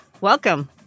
Welcome